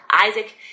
Isaac